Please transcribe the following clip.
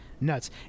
Nuts